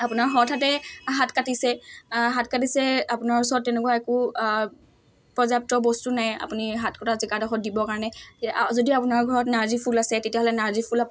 আপোনাৰ হঠাতে হাত কাটিছে হাত কাটিছে আপোনাৰ ওচৰত তেনেকুৱা একো পৰ্যাপ্ত বস্তু নাই আপুনি হাত কটা জেগাডোখৰত দিব কাৰণে যদি আপোনাৰ ঘৰত নাৰ্জী ফুল আছে তেতিয়াহ'লে নাৰ্জী ফুল আপোনাৰ